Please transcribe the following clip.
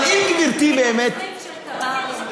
"הצריף של תמרי".